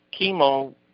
chemo